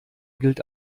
gilt